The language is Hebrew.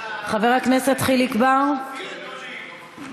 חבר הכנסת חיליק בר, בבקשה.